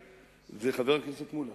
חבר הכנסת מולה,